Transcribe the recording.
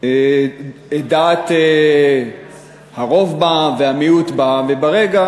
דעת הרוב בעם והמיעוט בעם, וברגע